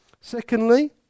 Secondly